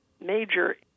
major